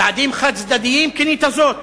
צעדים חד-צדדיים, כינית זאת?